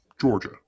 Georgia